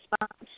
response